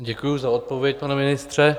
Děkuji za odpověď, pane ministře.